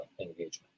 engagement